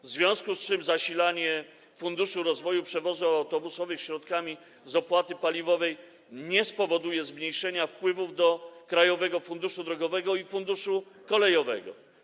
W związku z czym zasilanie funduszu rozwoju przewozów autobusowych środkami z opłaty paliwowej nie spowoduje zmniejszenia wpływów do Krajowego Funduszu Drogowego i Funduszu Kolejowego.